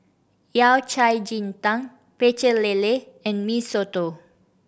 Yao Cai ji tang Pecel Lele and Mee Soto